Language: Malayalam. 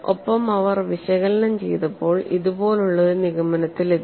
ഒപ്പം അവർ വിശകലനം ചെയ്തപ്പോൾ ഇതുപോലുള്ള ഒരു നിഗമനത്തിലെത്തി